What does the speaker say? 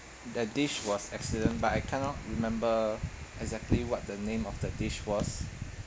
the dish was excellent but I cannot remember exactly what the name of the dish was